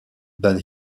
than